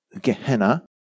Gehenna